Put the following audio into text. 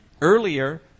Earlier